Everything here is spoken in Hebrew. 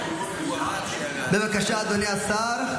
בבקשה, אדוני השר.